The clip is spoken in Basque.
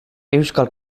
euskal